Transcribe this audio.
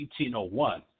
1801